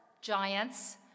giants